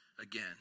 again